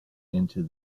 into